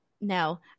No